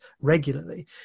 regularly